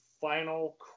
final